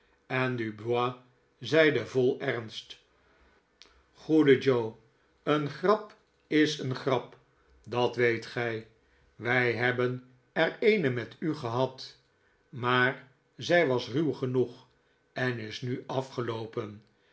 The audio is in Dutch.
en dubois zeide vol ernst goede joe eene grap is eene grap dat weet gij wij hebben er eene met u gehad maar zij was ruw genoeg en is nu afgeloopen